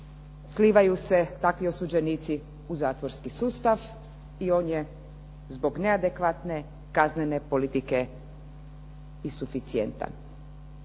slivaju se takvi osuđenici u zatvorski sustav i on je zbog neadekvatne kaznene politike isuficijentan.